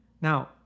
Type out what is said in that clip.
Now